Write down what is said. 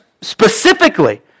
specifically